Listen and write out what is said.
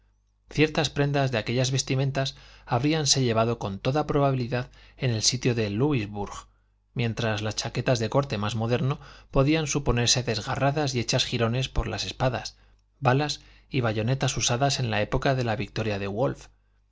ciertas prendas de aquella vestimenta habríanse llevado con toda probabilidad en el sitio de loúisburg mientras las chaquetas de corte más moderno podían suponerse desgarradas y hechas jirones por las espadas balas y bayonetas usadas en la época de la victoria de wolfe